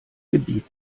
gebiet